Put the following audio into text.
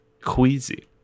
queasy